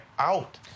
Out